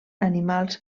animals